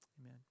amen